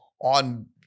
on